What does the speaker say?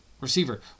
receiver